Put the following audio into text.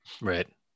Right